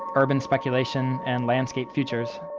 urban speculation, and landscape futures.